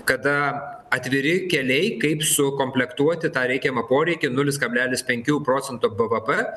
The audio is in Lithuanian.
kada atviri keliai kaip sukomplektuoti tą reikiamą poreikį nulis kablelis penkių procento bvp